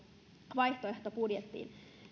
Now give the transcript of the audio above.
vaihtoehtobudjettiin